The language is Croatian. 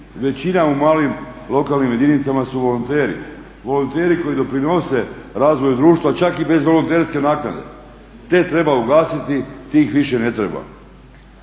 Većina u malim lokalnim jedinicama su volonteri, volonteri koji doprinose razvoju društva čak i bez volonterske naknade. Te treba ugasiti, tih više ne treba.